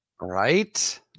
Right